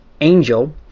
angel